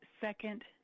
second